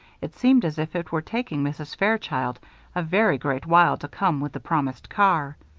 it seemed as if it were taking mrs. fairchild a very great while to come with the promised car.